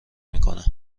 میکنه